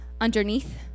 underneath